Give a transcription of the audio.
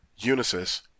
Unisys